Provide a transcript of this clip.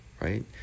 right